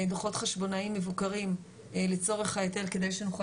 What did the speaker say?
דוחות חשבונאים מבוקרים לצורך ההיטל כדי שנוכל